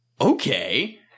okay